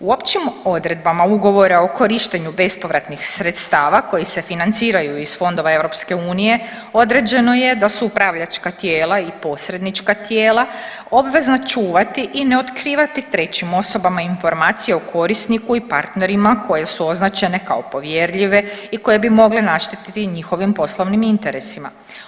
U općim odredbama Ugovora o korištenju bespovratnih sredstava koji se financiraju iz fondova EU određeno je da su upravljačka tijela i posrednička tijela obvezna čuvati i ne otkrivati trećim osobama informacije o korisniku i partnerima koje su označene kao povjerljive i koje bi mogle naštetiti njihovim poslovnim interesima.